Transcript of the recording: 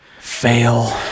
Fail